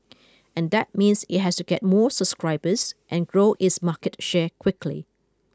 and that means it has to get more subscribers and grow its market share quickly